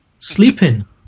sleeping